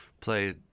play